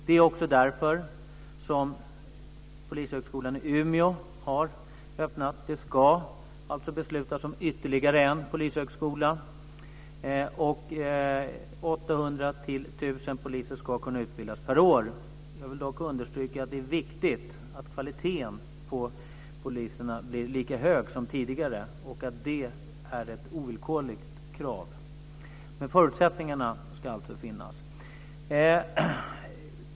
Det är därför som Polishögskolan i Umeå har öppnat. Det ska beslutas om ytterligare en polishögskola. 800-1 000 poliser ska kunna utbildas per år. Jag vill dock understryka att det är viktigt att kvaliteten på poliserna blir lika hög som tidigare. Det är ett ovillkorligt krav. Förutsättningarna ska alltså finnas.